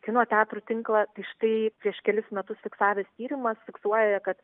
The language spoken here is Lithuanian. kino teatrų tinklą tai štai prieš kelis metus fiksavęs tyrimas fiksuoja kad